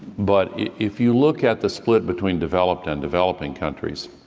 but if you look at the split between developed and developing countries,